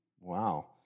Wow